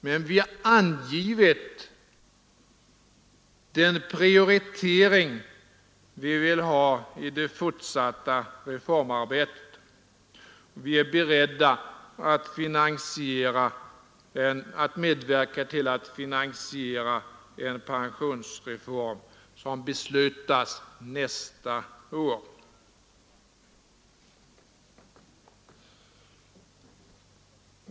Men vi har angivit den prioritering vi vill ha i det fortsatta reformarbetet, och vi är beredda att medverka till att finansiera en pensionsreform som beslutas nästa år.